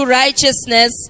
righteousness